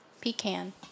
pecan